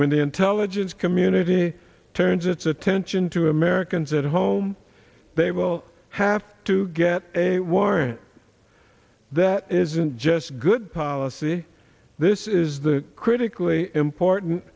when the intelligence community turns its attention to americans at home they will have to get a warrant that isn't just good policy this is the critically important